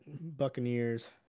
Buccaneers